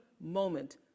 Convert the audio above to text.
moment